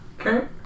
Okay